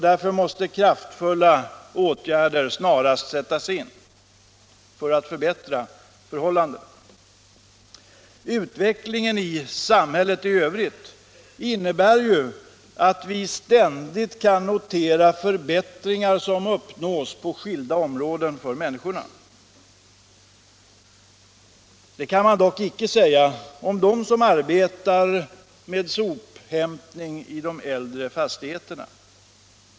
Därför måste kraftfulla åtgärder snarast sättas in för att förbättra förhållandena. Utvecklingen i samhället i övrigt innebär att vi ständigt kan notera förbättringar på skilda områden för människorna. Det kan man inte säga om dem som arbetar med sophämtningen i äldre fastigheter.